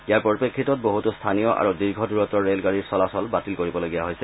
ইয়াৰ পৰিপ্ৰেক্ষিতত বহুতো স্থানীয় আৰু দীৰ্ঘ দূৰত্বৰ ৰেলগাডীৰ চলাচল বাতিল কৰিবলগীয়া হৈছে